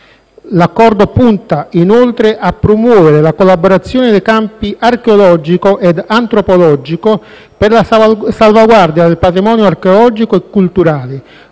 L'Accordo punta, inoltre, a promuovere la collaborazione nei campi archeologico e antropologico per la salvaguardia del patrimonio archeologico e culturale,